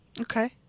Okay